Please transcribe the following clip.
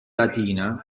latina